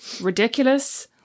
ridiculous